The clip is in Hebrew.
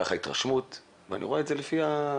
כך ההתרשמות ואני רואה את זה לפי הפניות.